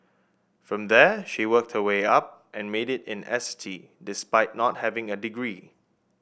from there she worked her way up and made it in S T despite not having a degree